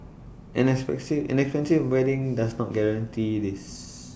an expensive an expensive wedding does not guarantee this